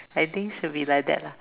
I think should be like that lah